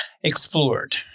explored